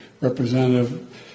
Representative